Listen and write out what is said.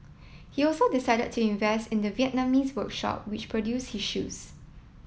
he also decided to invest in the Vietnamese workshop which produced his shoes